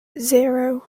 zero